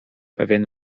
pewien